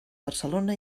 barcelona